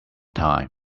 time